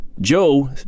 Joe